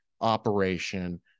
operation